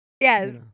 yes